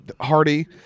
Hardy